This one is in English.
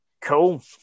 cool